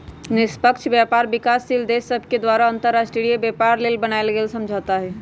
निष्पक्ष व्यापार विकासशील देश सभके द्वारा अंतर्राष्ट्रीय व्यापार लेल बनायल गेल समझौता हइ